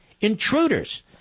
intruders